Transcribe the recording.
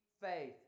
faith